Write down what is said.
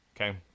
Okay